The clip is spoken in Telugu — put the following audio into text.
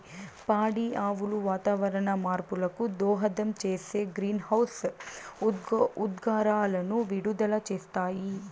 పాడి ఆవులు వాతావరణ మార్పులకు దోహదం చేసే గ్రీన్హౌస్ ఉద్గారాలను విడుదల చేస్తాయి